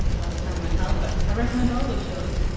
last tango in halifax. i recommend all those shows,